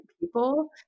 people